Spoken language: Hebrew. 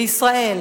בישראל